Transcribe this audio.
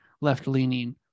left-leaning